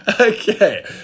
okay